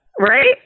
Right